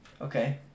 Okay